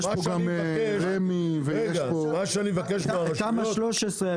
יש פה גם רמ"י ויש פה --- תמ"א 13,